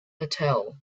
patel